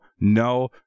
no